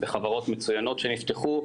בחברות מצוינות שנפתחו,